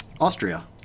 Austria